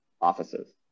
offices